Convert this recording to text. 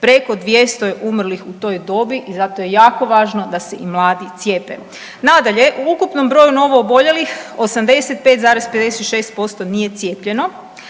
preko 200 je umrlih u toj dobi i zato je jako važno da se i mladi cijepe. Nadalje, u ukupnom broju novooboljelih 85,56% nije cijepljeno,